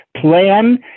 Plan